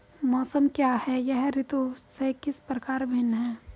मौसम क्या है यह ऋतु से किस प्रकार भिन्न है?